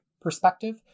perspective